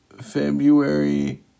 February